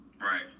Right